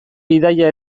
bidaia